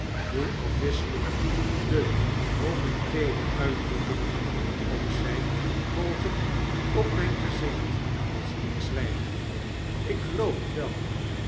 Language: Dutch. gegrond hoeafwisselend de momentaneele uitdrukkingen ook zgn mogen op mjjn gezicht als ik zwjjg lk geloof net wel